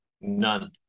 None